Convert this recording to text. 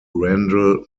randall